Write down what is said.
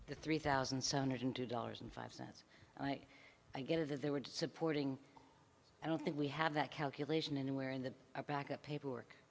the three thousand seven hundred two dollars and five cents i get if there were supporting i don't think we have that calculation anywhere in the back of paperwork